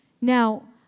Now